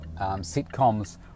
sitcoms